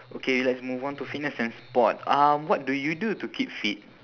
okay let's move on to fitness and sport um what do you do to keep fit